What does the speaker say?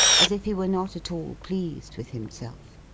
as if he were not at all pleased with himself.